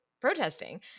protesting